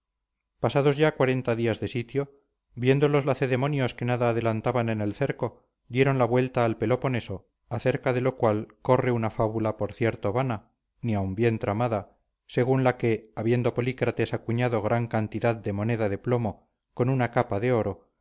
pasado ya días de sitio viendo los lacedemonios que nada adelantaban en el cerco dieron la vuelta al peloponeso acerca de lo cual corre una fábula por cierto vana ni aun bien tramada según la que habiendo polícrates acuñado gran cantidad de moneda de plomo con una capa de oro